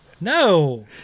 No